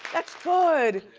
that's good,